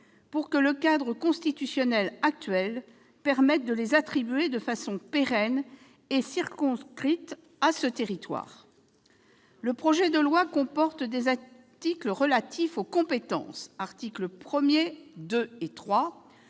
pour que le cadre constitutionnel actuel permette de les attribuer de façon pérenne et circonscrite à ce territoire. Il comporte des articles relatifs aux compétences- il s'agit des